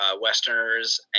Westerners